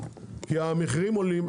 כי המחירים עולים,